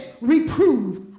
reprove